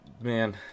Man